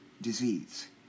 disease